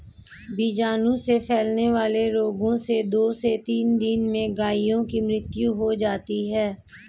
बीजाणु से फैलने वाले रोगों से दो से तीन दिन में गायों की मृत्यु हो जाती है